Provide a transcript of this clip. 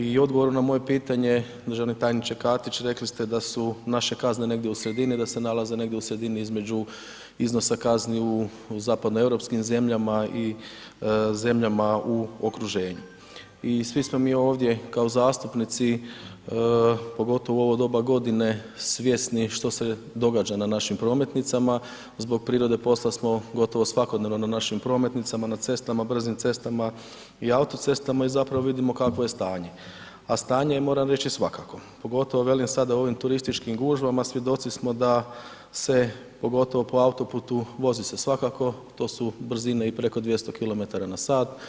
I odgovor na moje pitanje, državni tajniče Katić rekli ste da su naše kazne negdje u sredini, da se nalaze negdje u sredini između iznosa kazni u zapadnoeuropskim zemljama i zemljama u okruženju i svi smo mi ovdje kao zastupnici, pogotovo u ovo doba godine, svjesni što se događa na našim prometnicama, zbog prirode posla smo gotovo svakodnevno na našim prometnicama, na cestama, brzim cestama i auto cestama i zapravo vidimo kakvo je stanje, a stanje je, moram reći, svakako, pogotovo velim sada u ovim turističkim gužvama svjedoci smo da se, pogotovo po auto putu, vozi se svakako, to su brzine i preko 200 km/